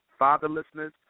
Fatherlessness